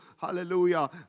hallelujah